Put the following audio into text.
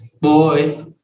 boy